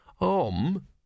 Om